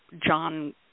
John